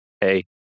hey